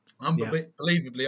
Unbelievably